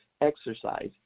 exercise